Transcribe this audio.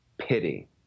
pity